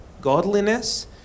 godliness